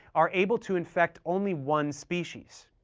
are able to infect only one species.